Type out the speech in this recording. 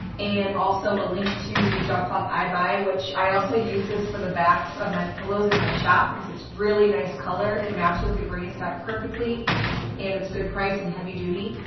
and also a link to the drop cloth i buy. which i also use this for the backs of my pillows in my shop because it's a really nice color. it matches the grain sack perfectly and it's good price and heavy duty.